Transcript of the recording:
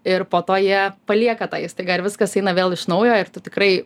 ir po to jie palieka tą įstaigą ir viskas eina vėl iš naujo ir tu tikrai